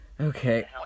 Okay